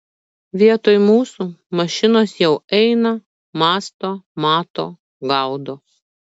vietoj mūsų mašinos jau eina mąsto mato gaudo